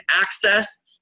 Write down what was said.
access